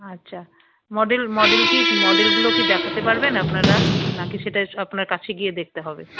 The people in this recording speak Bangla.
আচ্ছা মডেল মডেল কি মডেলগুলো কি দেখাতে পারবেন আপনারা না কি সেটা আপনার কাছে দেখতে হবে